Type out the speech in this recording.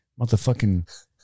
Motherfucking